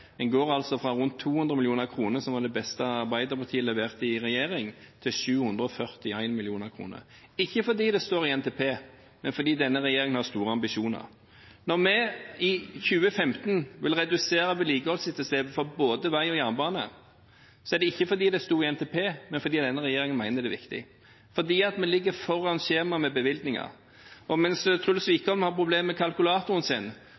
En går fra rundt 200 mill. kr, som var det beste Arbeiderpartiet leverte i regjering, til 741 mill. kr – ikke fordi det står i NTP, men fordi denne regjeringen har store ambisjoner. Når vi i 2015 vil redusere vedlikeholdsetterslepet for både vei og jernbane, er det ikke fordi det står i NTP, men fordi denne regjeringen mener det er viktig, og fordi vi ligger foran skjema med bevilgninger. Mens Truls